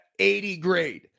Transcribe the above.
80-grade